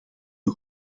een